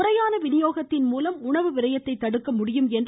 முறையான விநியோகத்தின் மூலம் உணவு விரயத்தை தடுக்க முடியும் என்று